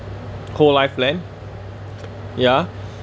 whole life plan ya